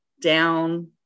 down